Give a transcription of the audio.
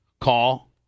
call